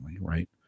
right